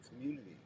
community